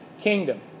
kingdom